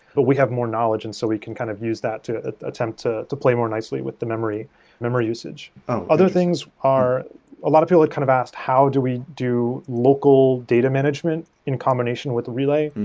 but we have more knowledge and so we can kind of use that to attempts to to play more nicely with the memory memory usage. um although things are a lot of people kind of ask, how do we do local data management in combination with relay?